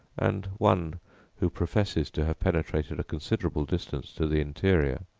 and one who professes to have penetrated a considerable distance to the interior,